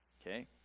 okay